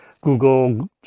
Google